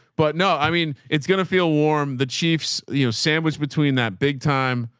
but no, i mean, it's going to feel warm. the chiefs, you know, sandwiched between that big time,